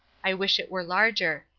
i wish it were larger.